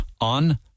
on